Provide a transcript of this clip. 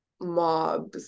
mobs